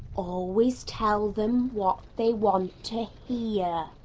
always tell them what they want to yeah